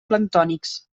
planctònics